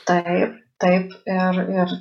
taip taip ir ir